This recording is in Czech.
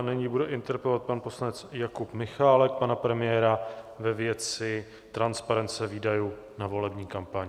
Nyní bude interpelovat pan poslanec Jakub Michálek pana premiéra ve věci transparence výdajů na volební kampaň.